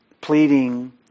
pleading